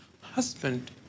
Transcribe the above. husband